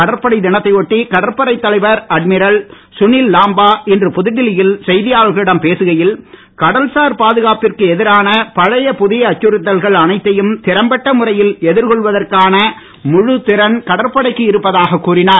கடற்படை தினத்தை ஒட்டி கடற்படைத் தலைவர் அட்மிரல் சுனில் லாம்பா இன்று புதுடெல்லியில் செய்தியாளர்களிடம் பேசுகையில் கடல்சார் பாதுகாப்பிற்கு எதிரான பழைய புதிய அச்சுறுத்தல்கள் அனைத்தையும் திறம்பட்ட முறையில் எதிர்கொள்வதற்கான முழுத் திறன் கடற்படைக்கு இருப்பதாக கூறினார்